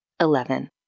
Eleven